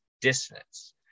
dissonance